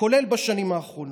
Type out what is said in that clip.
כולל בשנים האחרונות.